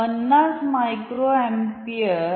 50 micro ampere